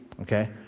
okay